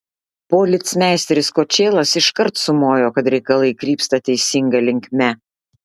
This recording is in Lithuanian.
policmeisteris kočėlas iškart sumojo kad reikalai krypsta teisinga linkme